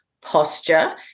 posture